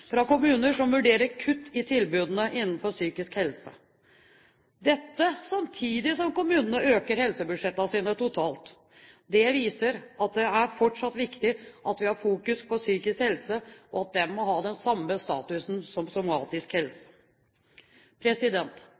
fra kommuner som vurderer kutt i tilbudene innenfor psykisk helse. Dette skjer samtidig som kommunene øker helsebudsjettene totalt. Det viser at det fortsatt er viktig at vi har fokus på psykisk helse, og at den må ha samme status som somatisk helse.